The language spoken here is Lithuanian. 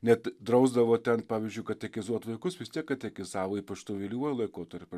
net drausdavo ten pavyzdžiui katechizuot vaikus vis tiek katechizavo ypač tuo vėlyvuoju laikotarpiu